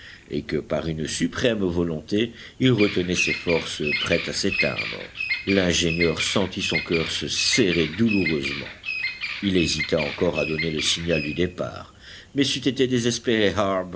et que par une suprême volonté il retenait ses forces prêtes à s'éteindre l'ingénieur sentit son coeur se serrer douloureusement il hésita encore à donner le signal du départ mais c'eût été désespérer